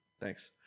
Thanks